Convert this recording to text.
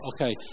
okay